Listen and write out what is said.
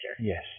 Yes